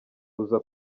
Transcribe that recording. ruza